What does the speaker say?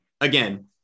again